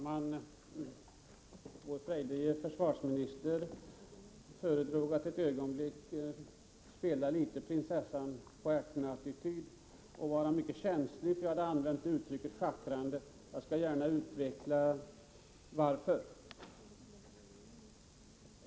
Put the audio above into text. Herr talman! Vår frejdige försvarsminister föredrog att ett ögonblick spela en attityd av prinsessan på ärten och vara mycket känslig för att jag hade använt uttrycket schackrande. Jag skall gärna utveckla varför jag använde uttrycket.